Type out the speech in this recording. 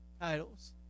titles